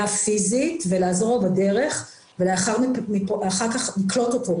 פיזית ולעזור לו בדרך ואחר כך לקלוט אותו,